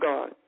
God